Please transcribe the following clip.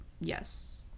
Yes